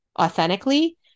authentically